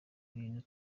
ibintu